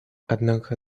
однако